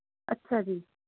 ਅੱਛਾ ਜੀ